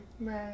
right